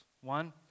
One